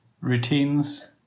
routines